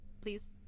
please